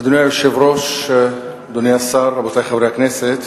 אדוני היושב-ראש, אדוני השר, רבותי חברי הכנסת,